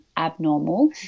abnormal